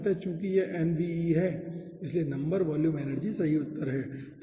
अतः चूंकि यह nve है इसलिए नंबर वॉल्यूम एनर्जी सही उत्तर है